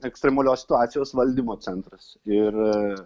ekstremalios situacijos valdymo centras ir